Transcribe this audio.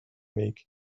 make